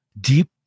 deep